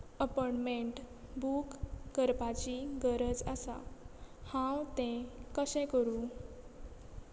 appointment book करपाची गरज आसा हांव तें कशें करूं